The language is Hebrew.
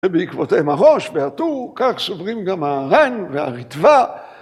‫ובעקבותיהם הרא״ש והטור, ‫כך סוברים גם הר״ן והריטב״א.